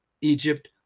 Egypt